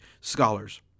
scholars